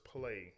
play